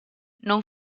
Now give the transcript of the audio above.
non